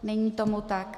Není tomu tak.